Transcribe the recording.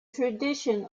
tradition